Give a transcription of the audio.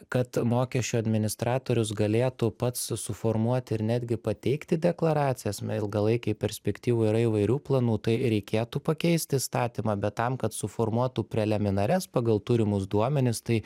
kad mokesčių administratorius galėtų pats suformuoti ir netgi pateikti deklaracijas na ilgalaikėj perspektyvoj yra įvairių planų tai reikėtų pakeist įstatymą bet tam kad suformuotų preliminarias pagal turimus duomenis tai